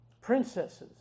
princesses